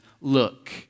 look